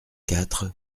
quatre